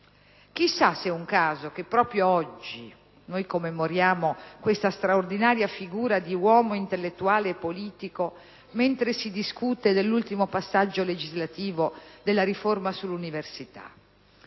Chissà se è un caso che proprio oggi noi commemoriamo questa straordinaria figura di uomo intellettuale e politico mentre si discute dell'ultimo passaggio legislativo della riforma sull'università,